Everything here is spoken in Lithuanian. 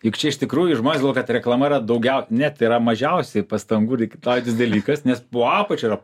juk čia iš tikrųjų žmonės galvoja kad ta reklama yra daugiau ne tai yra mažiausiai pastangų reikalaujantis dalykas nes po apačia yra